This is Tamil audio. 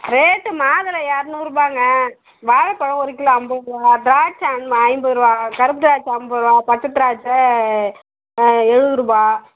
ரேட்டு மாதுளை இரநூறுபாங்க வாழைப்பழம் ஒரு கிலோ ஐம்பது ரூபா திராட்சை அம் ஐம்பது ரூபா கருப்பு திராட்சை ஐம்பது ரூபா பச்சை திராட்சை எழுவது ரூபா